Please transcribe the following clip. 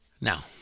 Now